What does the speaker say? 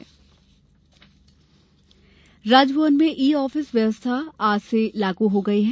Raj Bhavan e office राजभवन में e office व्यवस्था आज से लागू हो गई है